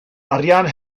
arian